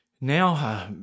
now